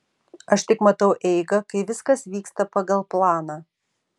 aš tik matau eigą kai viskas vyksta pagal planą